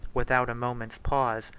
without a moment's pause,